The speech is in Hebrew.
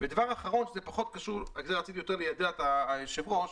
דבר אחרון בו רציתי יותר ליידע את היושב ראש.